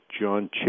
John